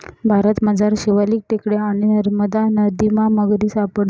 भारतमझार शिवालिक टेकड्या आणि नरमदा नदीमा मगरी सापडतीस